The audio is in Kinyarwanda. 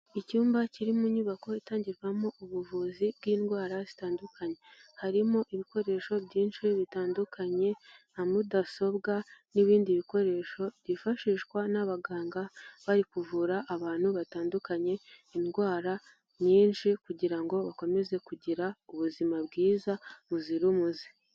Icyumba kiri mu nyubako itangirwamo ubuvuzi bw'indwara zitandukanye. Harimo ibikoresho byinshi bitandukanye nka mudasobwa n'ibindi bikoresho byifashishwa n'abaganga, bari kuvura abantu batandukanye indwara nyinshi kugira ngo bakomeze kugira ubuzima bwiza buzira umuze.